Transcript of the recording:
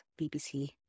BBC